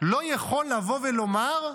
לא יכול לבוא ולומר: